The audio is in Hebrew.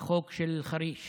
שמתגורר באילת יכול,